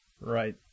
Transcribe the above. Right